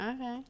Okay